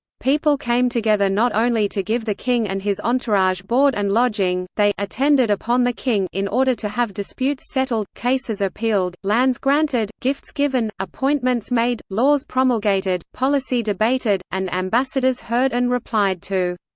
people came together not only to give the king and his entourage board and lodging they attended upon the king in order to have disputes settled, cases appealed, lands granted, gifts given, appointments made, laws promulgated, policy debated, and ambassadors heard and replied to.